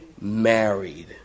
married